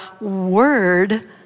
word